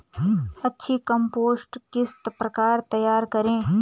अच्छी कम्पोस्ट किस प्रकार तैयार करें?